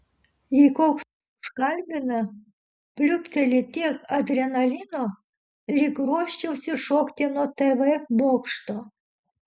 jei koks užkalbina pliūpteli tiek adrenalino lyg ruoščiausi šokti nuo tv bokšto